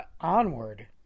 Onward